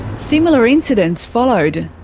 similar incidents followed.